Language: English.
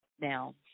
Now